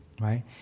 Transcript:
right